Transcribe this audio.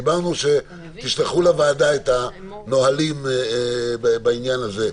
דיברנו שתשלחו לוועדה את הנהלים בעניין הזה.